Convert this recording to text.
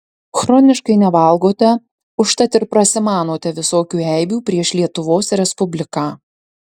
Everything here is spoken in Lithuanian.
chroniškai nevalgote užtat ir prasimanote visokių eibių prieš lietuvos respubliką